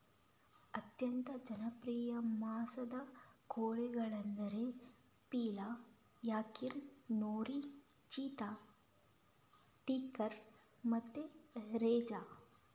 ಅತ್ಯಂತ ಜನಪ್ರಿಯ ಮಾಂಸದ ಕೋಳಿಗಳೆಂದರೆ ಪೀಲಾ, ಯಾರ್ಕಿನ್, ನೂರಿ, ಚಿತ್ತಾ, ಟೀಕರ್ ಮತ್ತೆ ರೆಜಾ